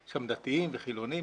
יש שם דתיים וחילוניים.